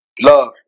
Love